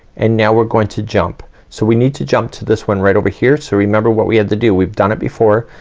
and now we're going to jump. so we need to jump to this one, right over here. so remember what we had to do? we've done it before.